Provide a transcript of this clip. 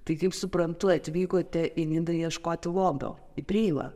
tai kaip suprantu atvykote į nidą ieškoti lobio į preilą